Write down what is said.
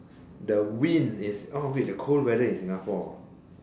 the wind is oh wait the cold weather in Singapore